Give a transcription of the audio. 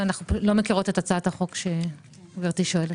אנו לא מכירות את הצעת החוק שגברתי שואלת.